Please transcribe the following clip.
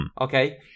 okay